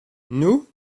nous